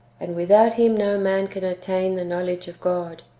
and without him no man can attain the knowledge of god.